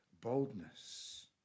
boldness